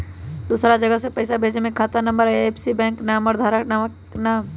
दूसरा जगह पईसा भेजे में खाता नं, आई.एफ.एस.सी, बैंक के नाम, और खाता धारक के नाम?